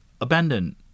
abandon